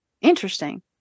Interesting